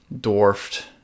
dwarfed